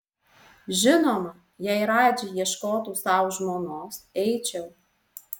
žinoma jei radži ieškotų sau žmonos eičiau